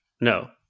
no